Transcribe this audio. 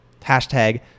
Hashtag